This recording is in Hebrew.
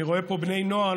אני רואה פה בני נוער,